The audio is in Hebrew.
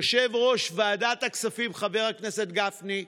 יושב-ראש ועדת הכספים חבר הכנסת גפני,